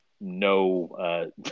no